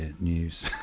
news